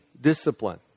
discipline